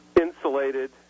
insulated